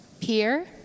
peer